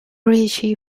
ritchie